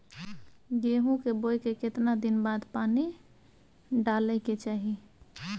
गेहूं के बोय के केतना दिन बाद पानी डालय के चाही?